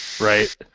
Right